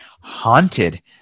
haunted